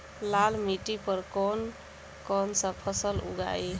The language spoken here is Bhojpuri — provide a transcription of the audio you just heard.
लाल मिट्टी पर कौन कौनसा फसल उगाई?